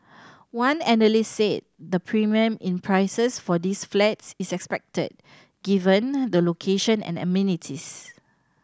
one analyst said the premium in prices for these flats is expected given the location and amenities